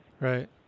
Right